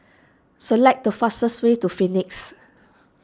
select the fastest way to Phoenix